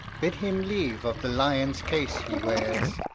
bid him leave of the lyons case he wears,